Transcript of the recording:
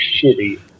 shitty